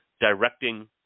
directing